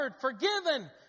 forgiven